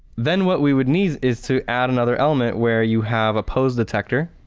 then what we would need is to add another element where you have a pose detector,